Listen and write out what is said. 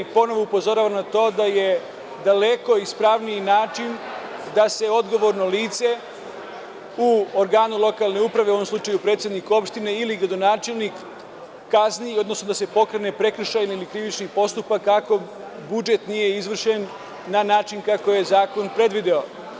Ponovo upozoravam na to da je daleko ispravniji način da se odgovorno lice u organu lokalne uprave u ovom slučaju predsednik opštine ili gradonačelnik kazni, odnosno da se pokrene prekršajni ili krivični postupak ako budžet nije izvršen na način kako je zakon predvideo.